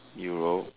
Europe